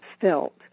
felt